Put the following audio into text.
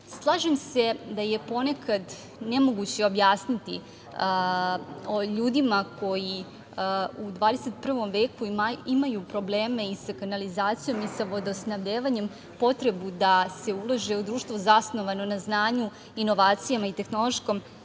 centra. Slažem se da je ponekad nemoguće objasniti o ljudima koji u 21. veku imaju probleme i sa kanalizacijom i sa vodosnabdevanjem, potrebu da se uloži u društvo zasnovano na znanju, inovacijama i tehnološkom